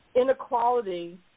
inequality